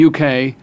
UK